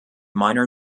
minor